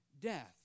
death